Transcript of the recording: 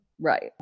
Right